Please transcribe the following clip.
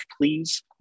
please